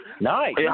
Nice